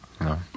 No